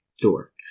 door